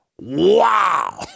wow